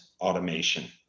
automation